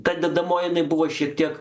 ta dedamoji jinai buvo šiek tiek